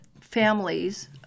families